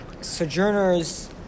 sojourners